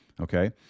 Okay